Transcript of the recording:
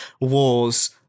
wars